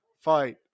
Fight